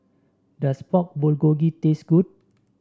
does Pork Bulgogi taste good